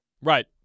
Right